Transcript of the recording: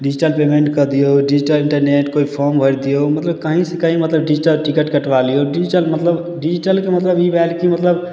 digital payment कऽ दियौ digital internet कोइ फॉर्म भरि दियौ मतलब कहींसँ कहीं मतलब डिजिटल टिकट कटवा लियौ डिजिटल मतलब डिजिटलके मतलब ई भेल कि मतलब